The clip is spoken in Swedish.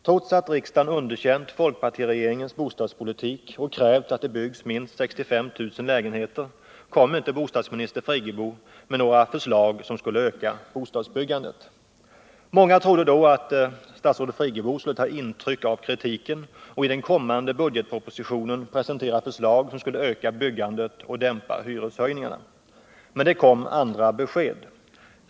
Trots att riksdagen underkänt folkpartiregeringens bostadspolitik och krävt att det byggs minst 65 000 lägenheter, kom inte bostadsminister Friggebo med några förslag som skulle öka bostadsbyggandet. Många trodde då att statsrådet Friggebo skulle ta intryck av kritiken och i den kommande budgetpropositionen presentera förslag som skulle öka byggandet och dämpa hyresökningarna. Men det kom andra besked.